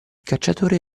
cacciatore